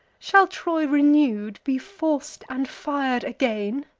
shall troy renew'd be forc'd and fir'd again?